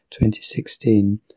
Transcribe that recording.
2016